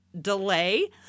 delay